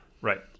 Right